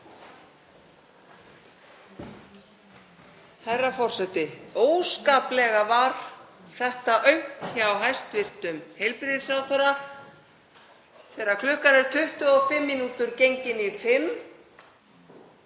Herra forseti. Óskaplega var þetta aumt hjá hæstv. heilbrigðisráðherra þegar klukkan er 25 mínútur gengin í